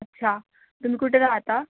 अच्छा तुम्ही कुठे राहता